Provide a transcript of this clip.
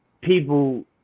people